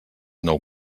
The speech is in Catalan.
nou